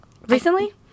Recently